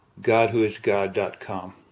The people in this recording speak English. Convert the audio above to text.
GodWhoIsGod.com